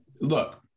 look